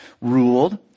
ruled